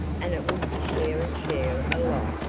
and it would be share and share alike.